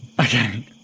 Okay